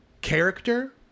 character